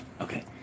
Okay